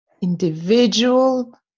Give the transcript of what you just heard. individual